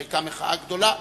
היתה מחאה גדולה,